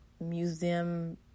museum